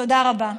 תודה רבה.